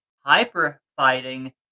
Hyper-fighting